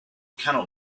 cannot